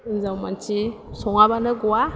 हिनजाव मानसि सङाबानो गवा